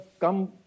come